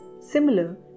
similar